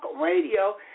Radio